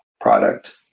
product